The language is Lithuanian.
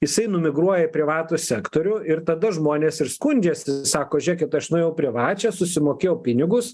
jisai numigruoja į privatų sektorių ir tada žmonės ir skundžiasi sako žiūrėkit aš nuėjau privačią susimokėjau pinigus